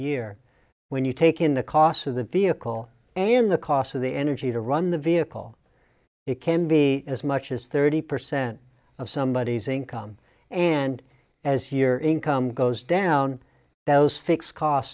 year when you take in the cost of the vehicle and the cost of the energy to run the vehicle it can be as much as thirty percent of somebodies income and as year income goes down those fixed cost